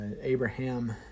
Abraham